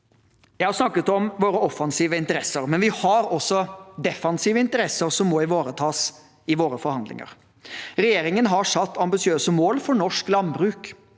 Jeg har snakket om våre offensive interesser, men vi har også defensive interesser som må ivaretas i våre forhandlinger. Regjeringen har satt ambisiøse mål for norsk landbruk.